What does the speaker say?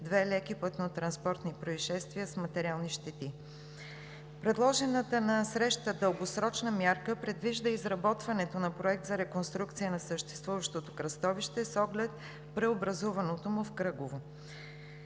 две леки пътнотранспортни произшествия с материални щети. Предложената на срещата дългосрочна мярка предвижда изработването на проект за реконструкция на съществуващото кръстовище с оглед преобразуването му в кръгово.